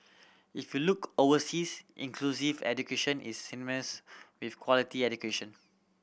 if you look overseas inclusive education is synonymous with quality education